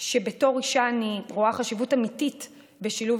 שבתור אישה אני רואה חשיבות אמיתית בשילוב